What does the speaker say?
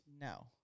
No